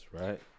right